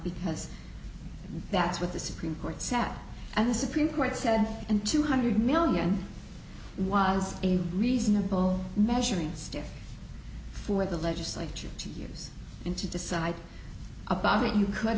because that's what the supreme court sat and the supreme court said and two hundred million was a reasonable measuring stick for the legislature to use him to decide about it you could